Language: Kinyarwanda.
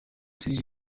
serge